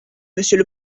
monsieur